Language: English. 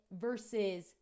versus